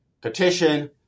Petition